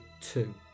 two